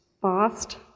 fast